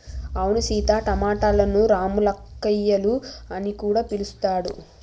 అవును సీత టమాటలను రామ్ములక్కాయాలు అని కూడా పిలుస్తారు